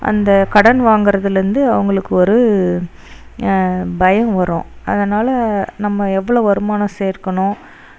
அந்த கடன் வாங்குறதுலருந்து அவர்களுக்கு ஒரு பயம் வரும் அதனால் நம்ம எவ்வளோ வருமானம் சேர்க்கணும்